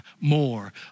more